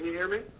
hear me?